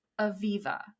Aviva